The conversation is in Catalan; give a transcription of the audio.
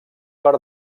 per